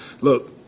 Look